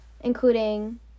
including